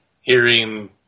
hearing